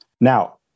Now